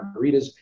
margaritas